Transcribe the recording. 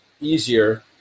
easier